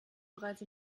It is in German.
bereits